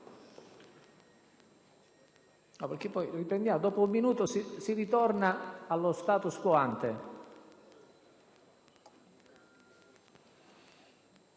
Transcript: dopo un minuto si tornasse allo *status quo ante*.